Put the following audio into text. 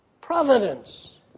Providence